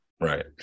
Right